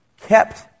kept